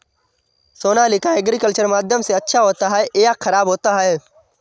Sonalika agriculture माध्यम से अच्छा होता है या ख़राब होता है?